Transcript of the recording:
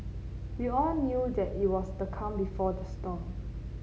we all knew that it was the calm before the storm